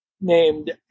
named